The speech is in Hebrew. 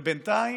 ובינתיים,